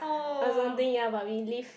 I don't think ya but we live